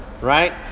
right